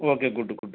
okay good good